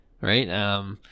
right